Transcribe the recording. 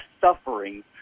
suffering